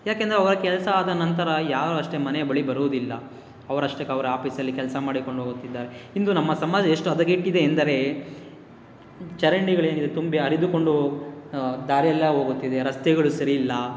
ಯಾಕೆಂದರೆ ಅವರ ಕೆಲಸ ಆದ ನಂತರ ಯಾರೂ ಅಷ್ಟೇ ಮನೆ ಬಳಿ ಬರುವುದಿಲ್ಲ ಅವ್ರಷ್ಟಕ್ಕೆ ಅವ್ರ ಆಫೀಸಲ್ಲಿ ಕೆಲಸ ಮಾಡಿಕೊಂಡು ಹೋಗ್ತಿದ್ದಾರೆ ಇಂದು ನಮ್ಮ ಸಮಾಜ ಎಷ್ಟು ಹದಗೆಟ್ಟಿದೆ ಎಂದರೆ ಚರಂಡಿಗಳೇನಿದೆ ತುಂಬಿ ಹರಿದುಕೊಂಡು ಹೋಗಿ ದಾರಿ ಎಲ್ಲ ಹೋಗುತ್ತಿದೆ ರಸ್ತೆಗಳು ಸರಿ ಇಲ್ಲ